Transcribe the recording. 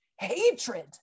hatred